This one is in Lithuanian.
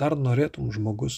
dar norėtum žmogus